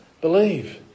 Believe